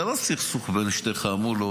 זה לא סכסוך בין שתי חמולות